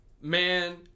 man